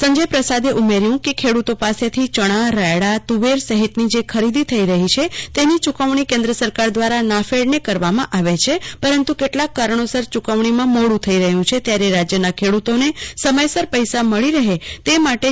સંજય પ્રસાદે ઉમેર્યુ કે ખેડૂતો પાસેથી ચણા રાયડા તુવેર સહિતની જે ખરીદી થઇ રહી છે તેની ચૂકવણી કેન્દ્ર સરકાર દ્વારા નાફેડને કરવામાં આવે છે પરંતુ કેટલાક કારણોસર ચૂકવણીમાં મોડુ થઇ રહ્યું છે ત્યારે રાજ્યના ખેડૂતોને સમયસર પૈસા મળી રહે તે માટે રૂા